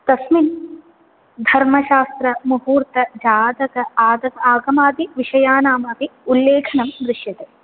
तस्मिन् धर्मशास्त्र मुहूर्त जातक आग आगमादिविषयानाम् अपि उल्लेखनं दृश्यते